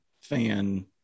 fan